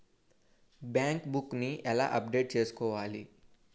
Bank book నీ ఎలా update చేసుకోవాలి?